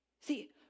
See